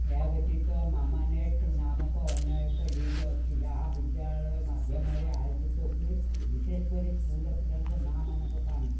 ଏହା ବ୍ୟତୀତ ମାମାନେଟ୍ ନାମକ ଅନ୍ୟ ଏକ ଲିଗ୍ ଅଛି ଯାହା ବିଦ୍ୟାଳୟ ମାଧ୍ୟମରେ ଆୟୋଜିତ ହୁଏ ବିଶେଷକରି ସ୍କୁଲ୍ ପିଲାଙ୍କ ମାଆମାନଙ୍କ ପାଇଁ